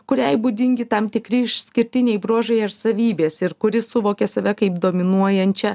kuriai būdingi tam tikri išskirtiniai bruožai ar savybės ir kuris suvokia save kaip dominuojančią